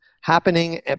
happening